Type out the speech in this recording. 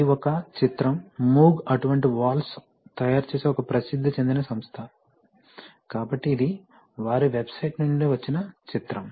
ఇది ఒక చిత్రం మూగ్ అటువంటి వాల్వ్స్ తయారుచేసే ఒక ప్రసిద్ధి చెందిన సంస్థ కాబట్టి ఇది వారి వెబ్సైట్ నుండి వచ్చిన చిత్రం